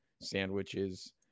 Sandwiches